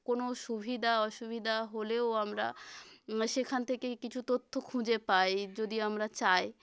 কোনো সুবিধা অসুবিধা হলেও আমরা সেখান থেকেই কিছু তথ্য খুঁজে পাই যদি আমরা চাই